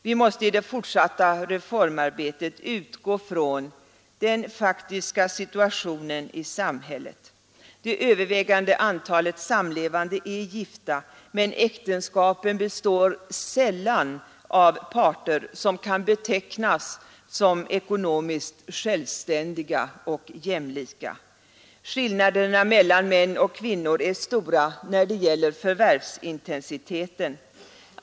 Vi måste i det fortsatta reformarbetet utgå från den faktiska situationen i samhället. Det övervägande antalet samlevande är gifta, men äktenskapen består sällan av parter som kan betecknas som ekonomiskt Ivständiga och jämlika. Skillnaderna mellan män och kvinnor är stora när det gäller förvärvsintensiteten.